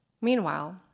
Meanwhile